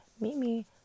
Mimi